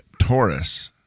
Taurus